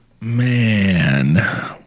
Man